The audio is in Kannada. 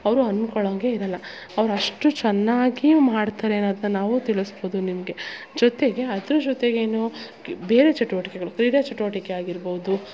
ಅವರು ಅಂದ್ಕೊಳ್ಳಂಗೇ ಇರೋಲ್ಲ ಅವ್ರು ಅಷ್ಟು ಚೆನ್ನಾಗಿ ಮಾಡ್ತಾರೆ ಅನ್ನೋದ್ನ ನಾವು ತಿಳಿಸ್ಬೋದು ನಿಮಗೆ ಜೊತೆಗೆ ಅದ್ರ ಜೊತೆಗೇನು ಬೇರೆ ಚಟುವಟಿಕೆಗಳು ಕ್ರೀಡಾ ಚಟುವಟಿಕೆ ಆಗಿರ್ಬೌದು